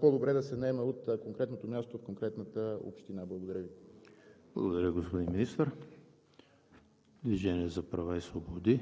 по-добре е да се наема от конкретното място, от конкретната община. Благодаря Ви. ПРЕДСЕДАТЕЛ ЕМИЛ